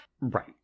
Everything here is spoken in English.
right